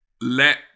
let